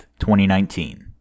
2019